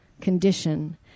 condition